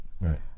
right